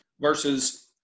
versus